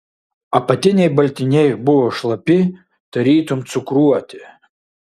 apatiniai baltiniai buvo šlapi tarytum cukruoti